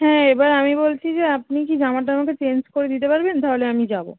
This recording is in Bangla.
হ্যাঁ এবার আমি বলছি যে আপনি কি জামাটা আমাকে চেঞ্জ করে দিতে পারবেন থাহলে আমি যাবো